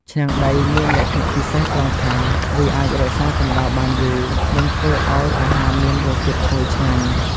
ឆ្នាំងដីមានលក្ខណៈពិសេសត្រង់ថា វាអាចរក្សាកម្ដៅបានយូរ និងធ្វើឱ្យអាហារមានរសជាតិឈ្ងុយឆ្ងាញ់។